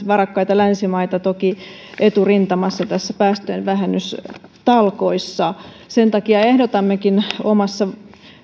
varakkaita länsimaita toki eturintamassa päästöjen vähennystalkoissa sen takia ehdotammekin omassa